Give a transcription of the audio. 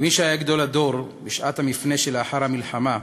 כמי שהיה גדול הדור בשעת המפנה שלאחר המלחמה,